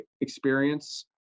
experience